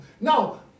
Now